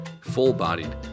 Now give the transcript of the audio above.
full-bodied